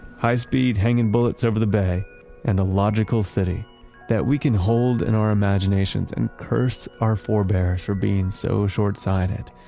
high speed hanging bullets over the bay and a logical city that we can hold in our imaginations and curse our forebears for being so short-sighted.